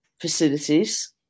facilities